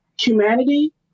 humanity